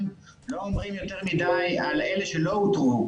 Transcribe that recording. לא אומרים יותר מדי על אלה שלא אותרו,